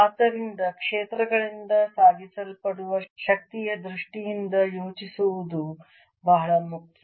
ಆದ್ದರಿಂದ ಕ್ಷೇತ್ರಗಳಿಂದ ಸಾಗಿಸಲ್ಪಡುವ ಶಕ್ತಿಯ ದೃಷ್ಟಿಯಿಂದ ಯೋಚಿಸುವುದು ಬಹಳ ಮುಖ್ಯ